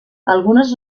algunes